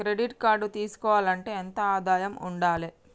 Credit card తీసుకోవాలంటే ఎంత ఆదాయం ఉండాలే?